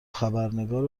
خبرنگار